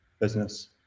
business